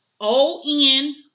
O-N